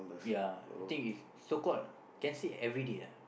ya I think is called so called can say everyday lah